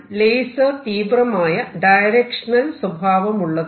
laser തീവ്രമായ directional സ്വഭാവമുള്ളതാണ്